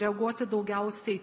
reaguoti daugiausiai